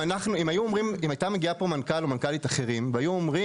אם היו מגיעים לפה מנכ"ל או מנכ"לית אחרים והיו אומרים